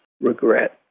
regret